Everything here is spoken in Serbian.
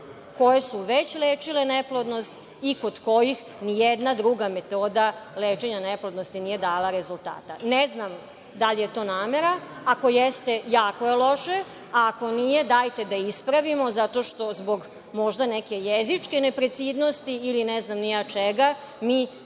koje su već lečile neplodnost i kod kojih nijedna druga metoda lečenja neplodnosti nije dala rezultata. Ne znam da li je to namera. Ako jeste, jako je loše, a ako nije, dajte da ispravimo, zato što zbog možda neke jezičke nepreciznosti ili ne znam ni ja čega mi velikom